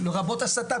לרבות הסטה,